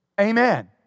Amen